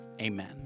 Amen